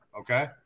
Okay